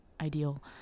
ideal